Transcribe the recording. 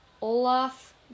Olaf